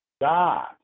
God